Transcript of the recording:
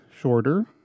shorter